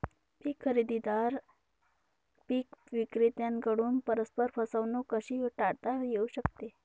पीक खरेदीदार व पीक विक्रेत्यांकडून परस्पर फसवणूक कशी टाळता येऊ शकते?